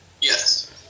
Yes